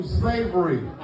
slavery